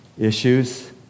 issues